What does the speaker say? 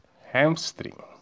hamstring